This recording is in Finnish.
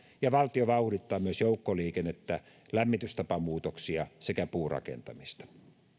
ja valtio vauhdittaa myös joukkoliikennettä lämmitystapamuutoksia sekä puurakentamista